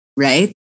Right